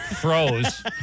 froze